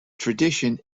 tradition